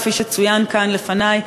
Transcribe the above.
כפי שצוין כאן קודם,